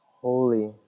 holy